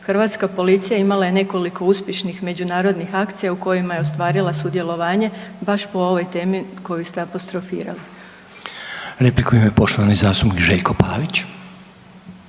Hrvatska policija imala je nekoliko uspješnih međunarodnih akcija u kojima je ostvarila sudjelovanje baš po ovoj temi koju ste apostrofirali. **Reiner, Željko (HDZ)** Repliku